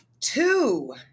Two